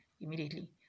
immediately